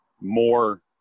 more